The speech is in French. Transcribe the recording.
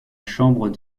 chambre